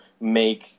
make